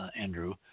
Andrew